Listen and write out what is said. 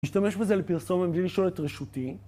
להשתמש בזה לפרסום עם בלי לשאול את רשותי.